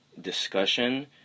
discussion